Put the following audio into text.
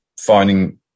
finding